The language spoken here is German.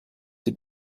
die